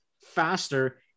faster